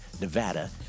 Nevada